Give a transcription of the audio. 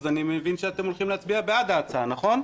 אז אני מבין שאתם הולכים להצביע ההצעה, נכון?